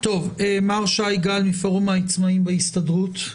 נמצא אתנו מר שי גל מפורום העצמאים בהסתדרות?